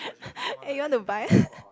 eh you want to buy